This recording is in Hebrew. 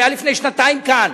זה היה לפני שנתיים כאן.